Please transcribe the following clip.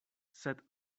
sed